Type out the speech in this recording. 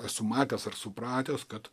esu matęs ar supratęs kad